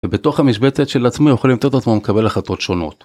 ובתוך המשבצת של עצמו יכול למצוא את עצמו מקבל החלטות שונות.